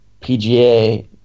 PGA